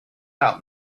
out